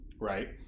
right